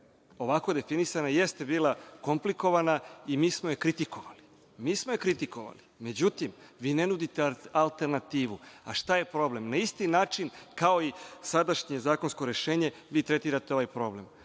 ovako definisana jeste bila komplikovana i mi smo je kritikovali. Međutim, vi ne nudite alternativu. A šta je problem? Na isti način, kao i sadašnje zakonsko rešenje, vi tretirate ovaj problem